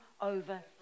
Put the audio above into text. over